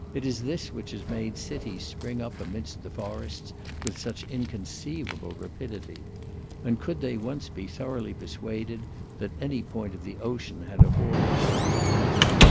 it is this which has made cities spring up amidst the forests with such inconceivable rapidity and could they once be thoroughly persuaded that any point of the ocean had a hoard of dollars beneath it,